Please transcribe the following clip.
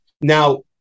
Now